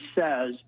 says